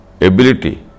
ability